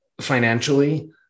financially